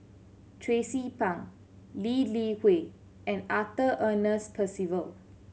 Tracie Pang Lee Li Hui and Arthur Ernest Percival